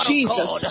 Jesus